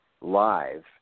live